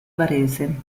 varese